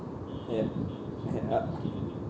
we have ya